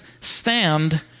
stand